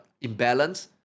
imbalance